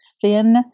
thin